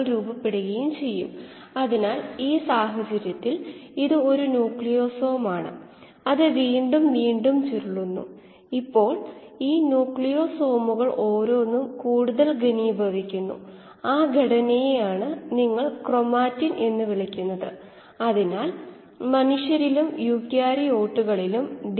ഒരു മാസിൻറെ അടിസ്ഥാനത്തിൽ കിട്ടാൻ അതിനെ വ്യാപ്തം കൊണ്ട് ഗുണിക്കണം അതിനാൽ 𝐹 𝑥 𝜇 𝑥 𝑉 നമ്മൾ ഈ സമവാക്യം മാറ്റി പൊതുവായ x പുറത്തെടുക്കുകയാണെങ്കിൽ നിങ്ങൾക്ക് ലഭിക്കുന്നത് F V ക്ക് പകരം D ഉപയോഗിക്കാം അതായത് ഡൈല്യൂഷൻ റേറ്റ് 0 𝜇 − 𝐷 𝑥